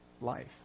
life